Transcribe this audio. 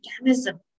mechanism